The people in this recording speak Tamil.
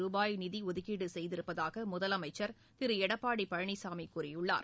ரூபாய் நிதி ஒதுக்கீடு செய்திருப்பதாக முதலமைச்சர் திரு எடப்பாடி பழனிசாமி கூறியுள்ளார்